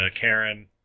Karen